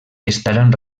estaran